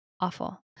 awful